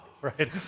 right